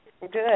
Good